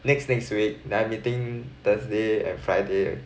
next next week then I meeting thursday and friday